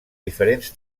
diferents